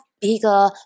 bigger